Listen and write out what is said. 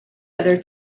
other